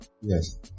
Yes